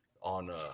on